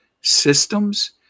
systems